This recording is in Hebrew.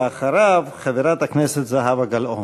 ואחריו, את חברת הכנסת זהבה גלאון.